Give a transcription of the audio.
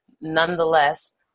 nonetheless